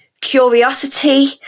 curiosity